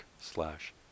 slash